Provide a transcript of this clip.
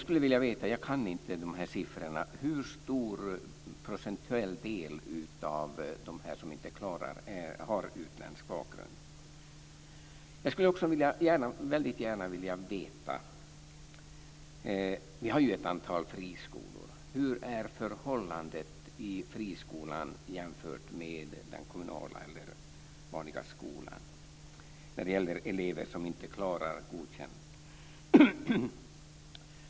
Eftersom jag inte kan siffrorna skulle jag vilja veta hur stor procentuell andel av dem som inte klarar godkända betyg som har utländsk bakgrund. Jag skulle också väldigt gärna vilja veta hur förhållandet i friskolan är jämfört med i den kommunala skolan när det gäller elever som inte klarar att få betyget Godkänd.